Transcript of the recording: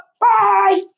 Bye